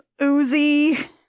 Uzi